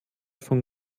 vom